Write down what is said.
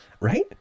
right